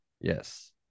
Yes